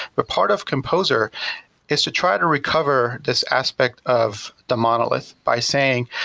but part of composer is to try to recover this aspect of the monolith by saying,